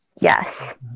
Yes